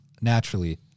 naturally